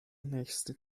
nächste